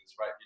right